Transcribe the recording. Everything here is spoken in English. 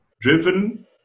driven